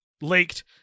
leaked